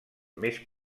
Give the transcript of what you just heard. més